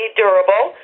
durable